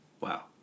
wow